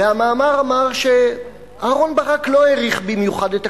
והמאמר אמר שאהרן ברק לא העריך במיוחד את הכנסת,